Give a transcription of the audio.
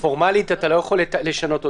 פורמלית אתה לא יכול לשנות אותן,